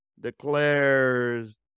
declares